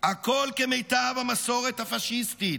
הכול כמיטב המסורת הפשיסטית,